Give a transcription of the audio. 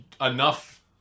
enough